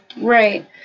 Right